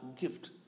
gift